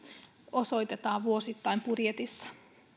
osoitetaan vuosittain budjetissa